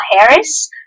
Harris